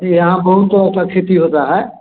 यहाँ बहुत तरह का खेती होता है